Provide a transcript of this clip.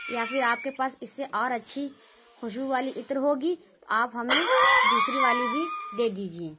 یا پھر آپ کے پاس اس سے اور اچھی خوشبو والی عطر ہوگی تو آپ ہمیں دوسری والی بھی دے دیجیے